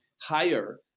higher